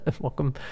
Welcome